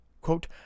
Quote